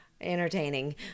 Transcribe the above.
entertaining